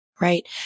right